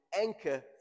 anchor